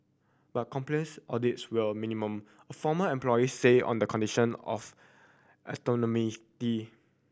but compliance audits were minimal a former employee said on the condition of